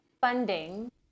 funding